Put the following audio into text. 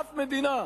אף מדינה.